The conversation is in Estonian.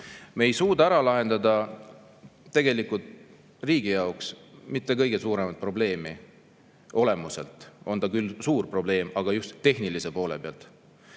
me ei suuda ära lahendada riigi jaoks mitte kõige suuremat probleemi. Olemuselt on ta küll suur probleem, aga just tehnilise poole pealt